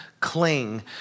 cling